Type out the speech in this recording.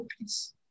peace